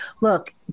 look